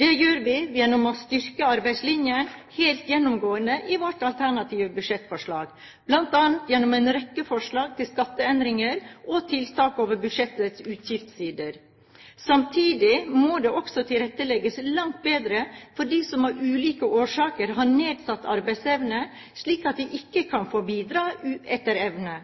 Det gjør vi gjennom å styrke arbeidslinjen helt gjennomgående i vårt alternative budsjettforslag, bl.a. gjennom en rekke forslag til skatteendringer og tiltak over budsjettets utgiftssider. Samtidig må det også tilrettelegges langt bedre for dem som av ulike årsaker har nedsatt arbeidsevne, slik at de kan få bidra etter evne.